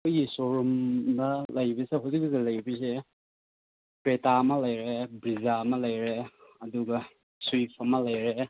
ꯑꯩꯈꯣꯏꯒꯤ ꯁꯣꯔꯨꯝꯗ ꯂꯩꯕꯁꯦ ꯍꯧꯖꯤꯛ ꯍꯧꯖꯤꯛ ꯂꯩꯕꯁꯦ ꯀ꯭ꯔꯦꯇꯥ ꯑꯃ ꯂꯩꯔꯦ ꯕ꯭ꯔꯤꯖꯥ ꯑꯃ ꯂꯩꯔꯦ ꯑꯗꯨꯒ ꯁ꯭ꯋꯤꯐ ꯑꯃ ꯂꯩꯔꯦ